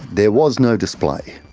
there was no display,